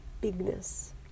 bigness